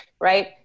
right